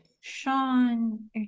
Sean